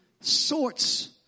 sorts